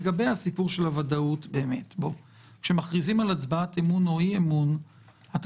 לגבי הוודאות כשמכריזים על הצבעת אמון או אי-אמון אתה